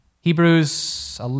Hebrews